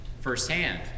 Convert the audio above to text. firsthand